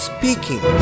Speaking